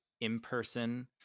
in-person